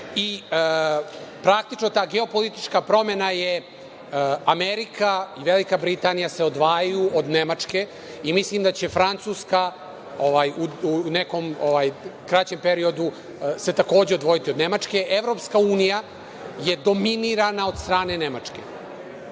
i praktično ta geopolitička promena je Amerika i Velika Britanija se odvajaju od Nemačke i mislim da će Francuska u nekom kraćem periodu se takođe odvojiti od Nemačke. Evropska Unija je dominirana od strane Nemačke.